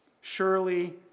Surely